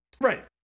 Right